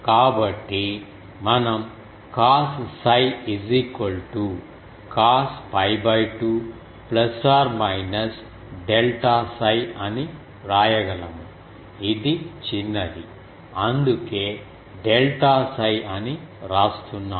కాబట్టి మనం cos 𝜓 cos 𝜋 2 delta 𝜓 అని వ్రాయగలము ఇది చిన్నది అందుకే డెల్టా 𝜓 అని వ్రాస్తున్నాను